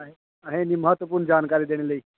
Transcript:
अ'सेंगी इन्नी म्हत्तवपूर्ण जानकारी देने लेई